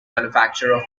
manufacturers